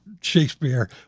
Shakespeare